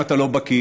אם אתה לא בקיא,